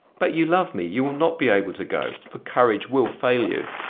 but you love me, you will not be able to go, for courage will fail you.